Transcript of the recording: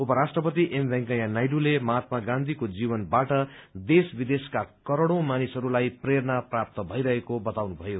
उपराष्ट्रपति एम वेंकैया नायडूले महात्मा गाँधीको जीवनबाट देश विदेशका करोड़ौ मानिसहरूलाई प्रेरणा भइरहेको बताउनुभयो